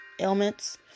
ailments